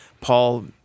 Paul